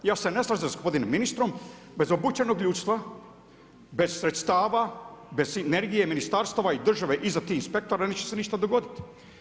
I ja se ne slažem sa gospodinom ministrom, bez obučenog ljudstva, bez sredstava, bez sinergije ministarstava i države iz tih inspektora neće se ništa dogoditi.